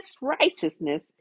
righteousness